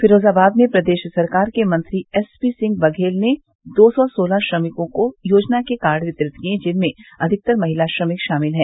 फ़िरोज़ाबाद में प्रदेश सरकार के मंत्री एसपी सिंह बयेल ने दो सौ सोलह श्रमिकों को योजना के कार्ड वितरित किये जिनमें अधिकतर महिला श्रमिक शामिल हैं